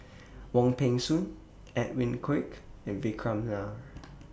Wong Peng Soon Edwin Koek and Vikram Nair